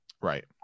right